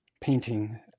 painting